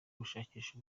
gushakisha